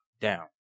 down